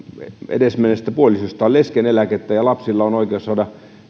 edesmenneestä puolisostaan leskeneläkettä ja lapsilla on oikeus saada